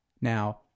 Now